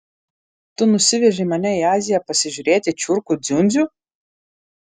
tu nusivežei mane į aziją pasižiūrėti čiurkų dziundzių